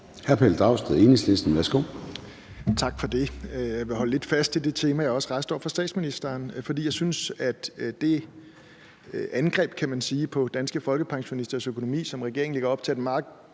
Pelle Dragsted (EL): Tak for det. Jeg vil holde lidt fast i det tema, jeg også rejste over for statsministeren, fordi jeg synes, at det angreb, kan man sige, på danske folkepensionisters økonomi, som regeringen lægger op til, er et meget